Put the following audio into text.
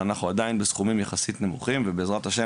אבל אנחנו עדיין בסכומים יחסית נמוכים ובעזרת ה'